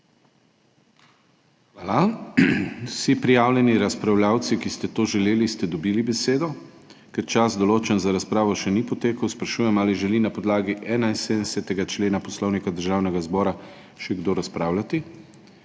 Hvala. Vsi prijavljeni razpravljavci, ki ste to želeli, ste dobili besedo. Ker čas, določen za razpravo, še ni potekel, sprašujem, ali želi na podlagi 71. člena Poslovnika Državnega zbora še kdo razpravljati.